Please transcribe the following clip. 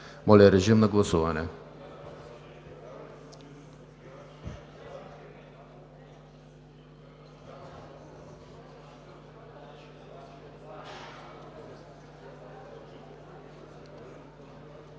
Моля, режим на гласуване.